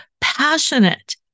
passionate